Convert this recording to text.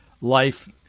life